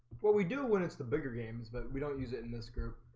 what we do when it's the bigger games but we don't use it in this group